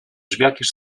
jakiż